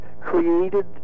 created